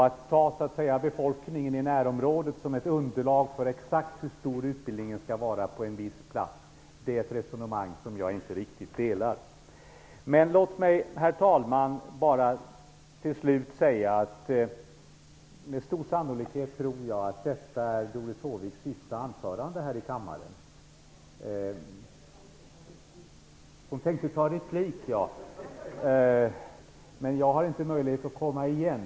Att man skall ta befolkningen i närområdet som ett underlag för exakt hur stor utbildningen på en viss plats skall vara, är en uppfattning som jag inte riktigt delar. Herr talman! Med stor sannolikhet har Doris Håvik nu hållit sitt sista anförande här i kammaren. Nej, jag hör nu att hon tänker begära replik. Jag har emellertid inte möjlighet att komma igen.